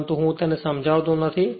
પરંતુ હું તે સમજાવતો નથી